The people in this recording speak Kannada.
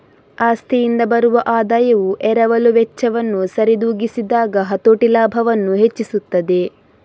ಆಸ್ತಿಯಿಂದ ಬರುವ ಆದಾಯವು ಎರವಲು ವೆಚ್ಚವನ್ನು ಸರಿದೂಗಿಸಿದಾಗ ಹತೋಟಿ ಲಾಭವನ್ನು ಹೆಚ್ಚಿಸುತ್ತದೆ